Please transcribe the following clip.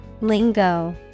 Lingo